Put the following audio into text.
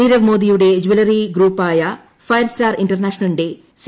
നീരവ് മോദിയുടെ ജല്ലറി ഗ്രൂപ്പായ ഫയർസ്റ്റാർ ഇന്റർനാഷണലിന്റെ സി